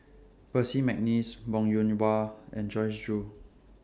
Percy Mcneice Wong Yoon Wah and Joyce Jue